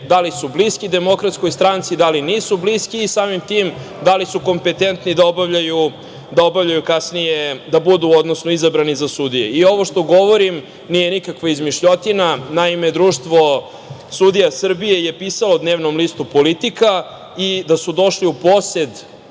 da li su bliski DS, da li nisu bliski i samim tim, da li su kompetentni da obavljaju kasnije, odnosno da budu izabrani za sudije. Ovo što govorim nije nikakva izmišljotina. Naime, Društvo sudija Srbije je pisalo dnevnom listu „Politika“ da su došli u posed